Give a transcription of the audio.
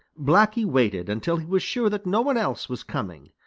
blacky waited until he was sure that no one else was coming.